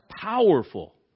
powerful